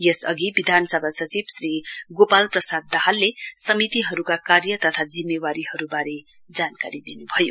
यस अघि विधानसभा सचिव श्री गोपाल प्रसाद दाहालले समितिहरुका कार्य तथा जिम्मेवारीवारे जानकारी दिनुभयो